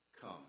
come